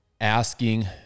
asking